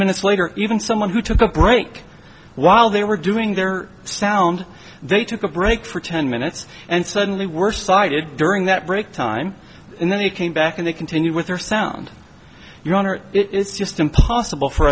minutes later even someone who took a break while they were doing their sound they took a break for ten minutes and suddenly were cited during that break time and then he came back and they continued with their sound your honor it's just impossible for